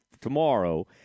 tomorrow